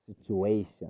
situation